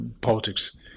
politics